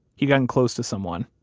he'd gotten close to someone,